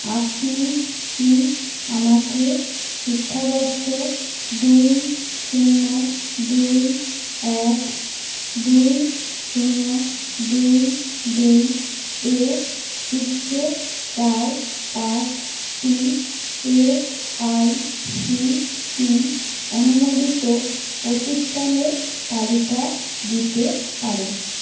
আপনি কি আমাকে শিক্ষাবর্ষ দুই শূন্য দুই এক দুই শূন্য দুই দুই এ শীর্ষ চার পাঁচটি এআইসিটিই অনুমোদিত প্রতিষ্ঠানের তালিকা দিতে পারেন